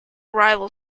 rival